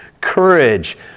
courage